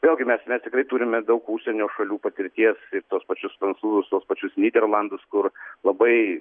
vėl gi mes mes tikrai turime daug užsienio šalių patirties ir tuos pačius prancūzus tuos pačius nyderlandus kur labai